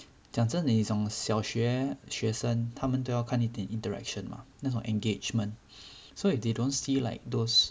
讲真的你懂小学学生他们都要看一点 interaction mah 那种 engagement so if they don't see like those